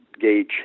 gauge